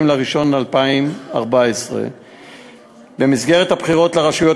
30 בינואר 2014. במסגרת הבחירות לרשויות